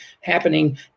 happening